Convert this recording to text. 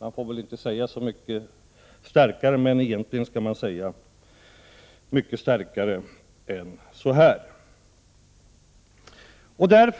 Jag får väl inte använda mycket starkare ord, även om det egentligen skulle behövas.